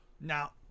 now